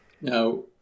Now